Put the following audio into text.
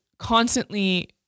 constantly